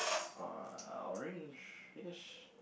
uh orange-ish